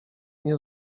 nie